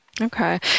Okay